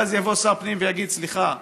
אז יבוא שר הפנים ויגיד: סליחה,